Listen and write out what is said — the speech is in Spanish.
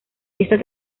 esa